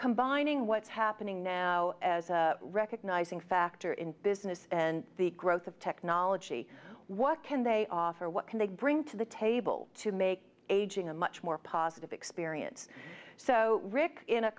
combining what's happening now as recognizing factor in business and the growth of technology what can they offer what can they bring to the table to make ageing a much more positive experience so